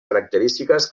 característiques